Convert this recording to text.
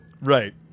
Right